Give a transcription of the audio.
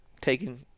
taking